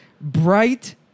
Bright